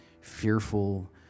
fearful